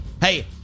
Hey